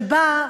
שבא,